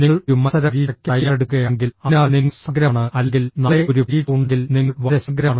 നിങ്ങൾ ഒരു മത്സരപരീക്ഷയ്ക്ക് തയ്യാറെടുക്കുകയാണെങ്കിൽ അതിനാൽ നിങ്ങൾ സമഗ്രമാണ് അല്ലെങ്കിൽ നാളെ ഒരു പരീക്ഷ ഉണ്ടെങ്കിൽ നിങ്ങൾ വളരെ സമഗ്രമാണ്